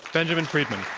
benjamin friedman.